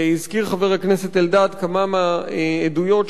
הזכיר חבר הכנסת אלדד כמה מהעדויות שהיו.